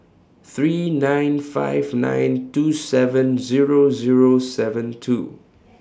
three nine five nine two seven Zero Zero seven two